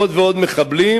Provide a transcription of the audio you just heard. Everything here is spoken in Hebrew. עוד ועוד מחבלים,